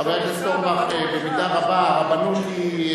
חבר הכנסת אורבך, במידה רבה הרבנות היא,